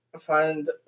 find